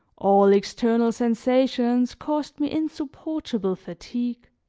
all external sensations caused me insupportable fatigue,